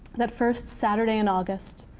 that first saturday in august,